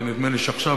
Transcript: ונדמה לי שעכשיו,